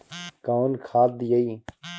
कौन खाद दियई?